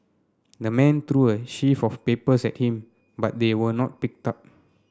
the man threw a sheaf of papers at him but they were not picked up